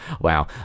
wow